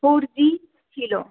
four G ছিল